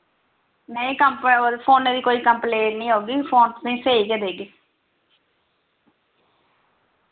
नेईं कंप्लेन फोने दी कोई कम्प्लेन नी होगी फोन तुसें स्हेई गै देगे